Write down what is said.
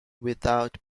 without